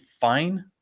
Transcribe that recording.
fine